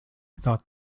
thought